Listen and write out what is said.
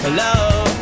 love